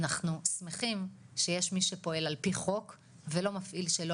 אנחנו שמחים שיש מי שפועל על פי חוק ולא מפעיל שלא